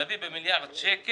להביא במיליארד שקל,